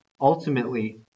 ultimately